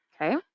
okay